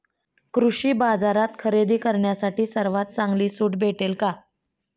कृषी बाजारात खरेदी करण्यासाठी सर्वात चांगली सूट भेटेल का?